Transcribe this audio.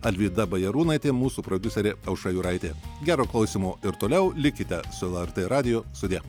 alvyda bajarūnaitė mūsų prodiuserė aušra juraitė gero klausymo ir toliau likite su lrt radiju sudie